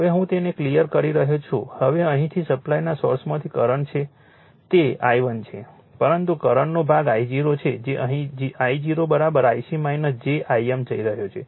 હવે હું તેને ક્લિયર કરી રહ્યો છું હવે અહીંથી સપ્લાયના સોર્સમાંથી કરંટ છે તે I1 છે પરંતુ કરંટનો ભાગ I0 છે જે અહીં I0 Ic j Im જઈ રહ્યો છે